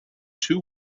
two